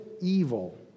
evil